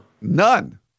None